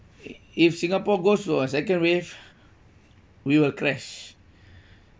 if if singapore goes to a second wave we will crash